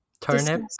turnip